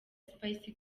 spice